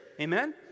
Amen